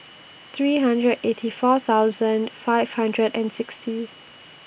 three hundred eighty four thousand five hundred and sixty